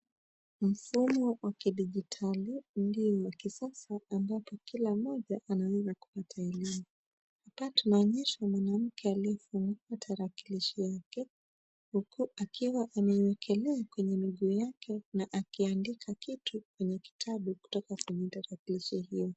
Mfumo wa kidijitali ndio wa kisasa ambapo kila mmoja anaweza kupata elimu. Hapa tunaonyeshwa mwanamke aliyefungua tarakilishi yake huku akiwa amewekelea kwenye miguu yake na akiandika kitu kwenye kitabu kutoka kwenye tarakilishi hiyo.